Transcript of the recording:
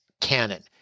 canon